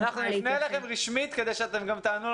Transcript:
רם שפע (יו"ר ועדת